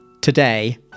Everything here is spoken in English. Today